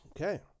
Okay